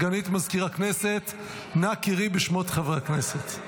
סגנית מזכיר הכנסת, נא קראי בשמות חברי הכנסת.